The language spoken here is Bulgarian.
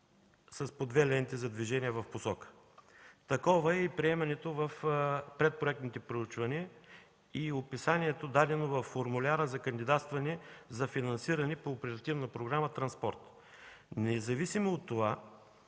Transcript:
с по две ленти за движение в посока. Такова е и приемането в предпроектните проучвания и описанието, дадено във формуляра за кандидатстване за финансиране по Оперативна програма „Транспорт”. Независимо от това